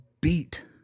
beat